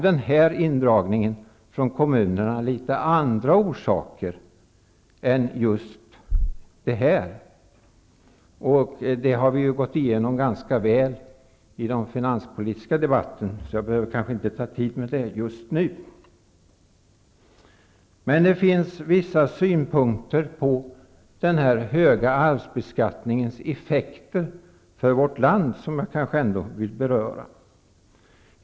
Den här indragningen i kommunerna har som bekant litet andra orsaker, vilket vi ganska väl har gått igenom under den finanspolitiska debatten, varför jag inte tar upp tid med det nu. Det finns emellertid vissa synpunkter på den här höga arvsbeskattningens effekter för vårt land som jag ändå vill beröra.